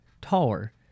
taller